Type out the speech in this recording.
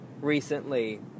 Recently